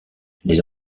les